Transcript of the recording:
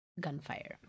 gunfire